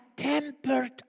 tempered